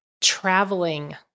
traveling